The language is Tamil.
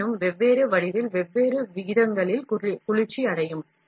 இருப்பினும் வெவ்வேறு வடிவியல் வெவ்வேறு விகிதங்களில் குளிர்ச்சியடையும்